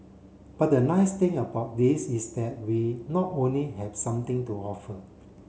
but the nice thing about this is that we not only have something to offer